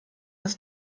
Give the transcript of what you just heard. das